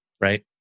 right